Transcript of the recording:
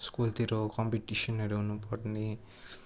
स्कुलतिर कम्पिटिसनहरू हुनु पर्ने